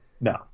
No